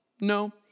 No